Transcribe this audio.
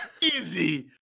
easy